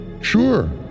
Sure